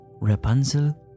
Rapunzel